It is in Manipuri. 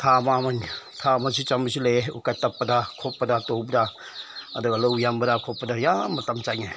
ꯊꯥ ꯑꯃꯃꯝ ꯊꯥ ꯑꯃꯁꯨ ꯆꯪꯕꯁꯨ ꯂꯩꯌꯦ ꯎꯀꯥꯏ ꯇꯛꯄꯗ ꯈꯣꯠꯄꯗ ꯇꯧꯕꯗ ꯑꯗꯨꯒ ꯂꯧ ꯌꯥꯟꯕꯗ ꯈꯣꯠꯄꯗ ꯌꯥꯝ ꯃꯇꯝ ꯆꯪꯉꯦ